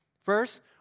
First